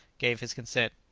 gave his consent.